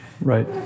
Right